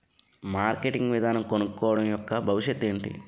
Marketing విధానం కనుక్కోవడం యెక్క భవిష్యత్ ఏంటి?